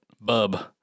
Bub